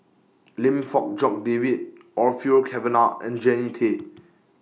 Lim Fong Jock David Orfeur Cavenagh and Jannie Tay